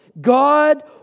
God